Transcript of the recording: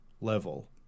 level